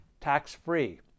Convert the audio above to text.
tax-free